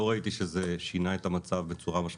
ראיתי שזה שינה את המצב בצורה משמעותית.